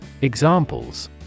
Examples